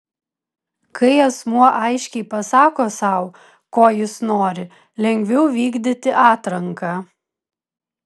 kai asmuo aiškiai pasako sau ko jis nori lengviau vykdyti atranką